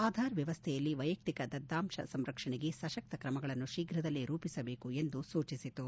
ಆಧಾರ್ ವ್ಯವಸ್ಥೆಯಲ್ಲಿ ವೈಯಕ್ತಿಕ ದತ್ತಾಂಶ ಸಂರಕ್ಷಣೆಗೆ ಸಶಕ್ತ ತ್ರಮಗಳನ್ನು ಶೀಘದಲ್ಲೇ ರೂಪಿಸಬೇಕು ಎಂದು ಸೂಚಿಸಿತು